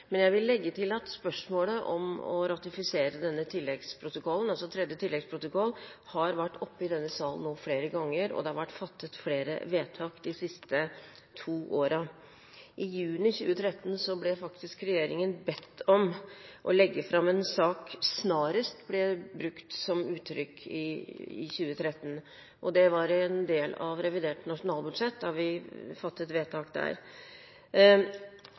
men jeg vil legge til at spørsmålet om å ratifisere denne tredje tilleggsprotokollen har vært oppe i denne salen flere ganger, og at det de siste to årene er blitt fattet flere vedtak. I juni 2013 ble faktisk regjeringen bedt om å legge fram en sak – «snarest» ble brukt som uttrykk i 2013 – og det var en del av revidert nasjonalbudsjett da vi fattet vedtak der.